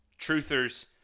Truthers